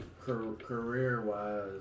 career-wise